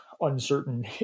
uncertain